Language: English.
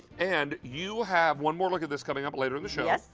and you have one more look at this coming up later in the show.